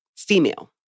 female